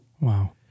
Wow